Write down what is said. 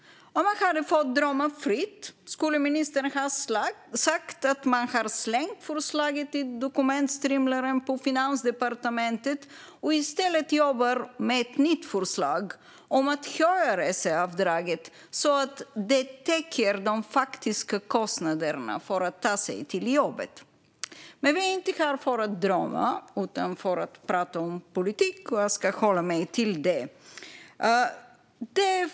Om jag fick drömma fritt skulle ministern säga att man har slängt förslaget i dokumentstrimlaren på Finansdepartementet och i stället jobbar med ett nytt förslag om att höja reseavdraget så att det täcker de faktiska kostnaderna för att ta sig till jobbet. Men vi är inte här för att drömma utan för att tala om politik. Jag ska hålla mig till det.